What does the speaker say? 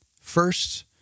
first